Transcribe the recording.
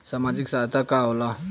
सामाजिक सहायता का होला?